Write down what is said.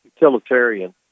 utilitarian